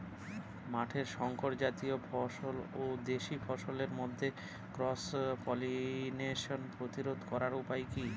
মাঠের শংকর জাতীয় ফসল ও দেশি ফসলের মধ্যে ক্রস পলিনেশন প্রতিরোধ করার উপায় কি?